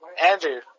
Andrew